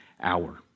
hour